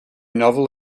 novel